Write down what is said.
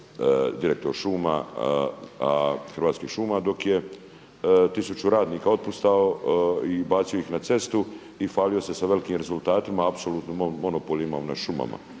direktor Hrvatskih šuma, a dok je tisuću radnika otpustio i bacio ih na cestu i falio se sa velikim rezultatima apsolutnim monopolima na šumama.